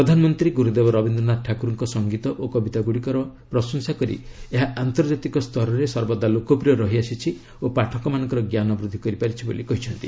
ପ୍ରଧାନମନ୍ତ୍ରୀ ଗୁରୁଦେବ ରବୀନ୍ଦ୍ରନାଥ ଠାକୁରଙ୍କର ସଂଗୀତ ଓ କବିତାଗ୍ରଡ଼ିକର ପ୍ରଶଂସା କରି ଏହା ଆନ୍ତର୍ଜାତିକ ସ୍ତରରେ ସର୍ବଦା ଲୋକପ୍ରିୟ ରହିଆସିଛି ଓ ପାଠକମାନଙ୍କର ଜ୍ଞାନ ବୃଦ୍ଧି କରିପାରିଛି ବୋଲି କହିଚ୍ଛନ୍ତି